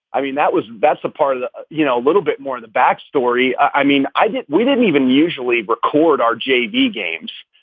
i mean, that was that's a part of, you know, a little bit more of the backstory. i mean, i we didn't even usually record our javy games.